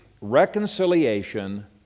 Reconciliation